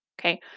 okay